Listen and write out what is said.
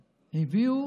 הראשונה,